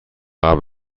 عقب